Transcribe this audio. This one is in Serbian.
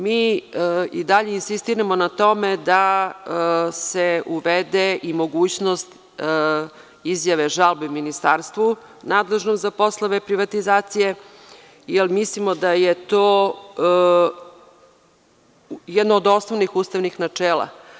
Mi i dalje insistiramo na tome da se uvede i mogućnost izjave žalbe ministarstvu nadležnom za poslove privatizacije, jer mislimo da je to jedno od osnovnih ustavnih načela.